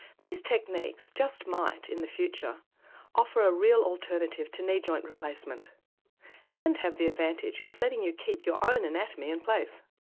these techniques just might in the future offer a real alternative to knee joint replacement and have the advantage of letting you keep your own anatomy in place.